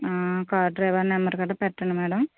car driver number గట్టా పెట్టండి madam